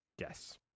Yes